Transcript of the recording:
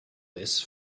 this